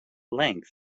length